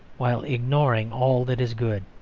while ignoring all that is good.